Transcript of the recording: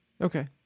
okay